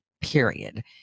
period